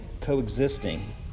coexisting